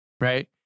right